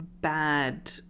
bad